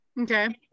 Okay